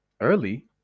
Early